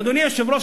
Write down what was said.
אדוני היושב-ראש,